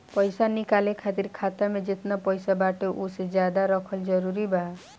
पईसा निकाले खातिर खाता मे जेतना पईसा बाटे ओसे ज्यादा रखल जरूरी बा?